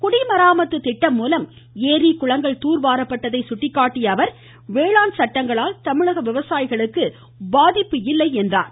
குடிமராமத்து திட்டம் மூலம் ஏரி குளங்கள் துார்வாரப்பட்டதை சுட்டிக்காட்டிய அவர் வேளாண் சட்டங்களால் தமிழக விவசாயிகளுக்கு பாதிப்பு இல்லை என்றார்